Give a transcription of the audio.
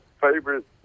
favorite